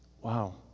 Wow